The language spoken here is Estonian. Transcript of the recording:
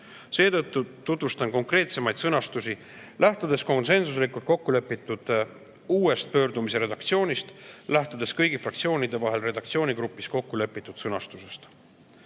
Seetõttu tutvustan konkreetsemaid sõnastusi, lähtudes konsensuslikult kokku lepitud uuest pöördumise redaktsioonist ja kõigi fraktsioonide vahel redaktsioonigrupis kokku lepitud sõnastusest.